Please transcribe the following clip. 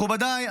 מכובדיי,